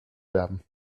werben